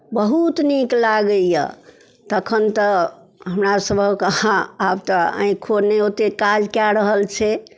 बहुत नीक लागैए तखन तऽ हमरासभक आब तऽ आँखिओ नहि ओतेक काज कए रहल छै